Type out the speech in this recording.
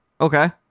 Okay